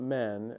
men